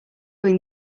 doing